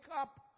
up